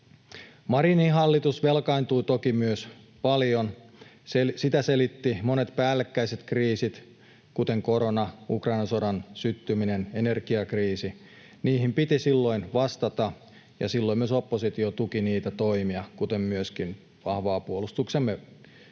Marinin hallitus velkaantui toki myös paljon. Sitä selittivät monet päällekkäiset kriisit kuten korona, Ukrainan sodan syttyminen ja energiakriisi. Niihin piti silloin vastata, ja silloin myös oppositio tuki niitä toimia kuten myöskin vahvaa puolustuksemme